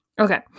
Okay